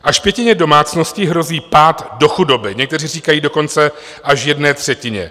Až pětině domácností hrozí pád do chudoby, někteří říkají dokonce až jedné třetině.